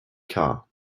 car